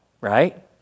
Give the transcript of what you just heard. right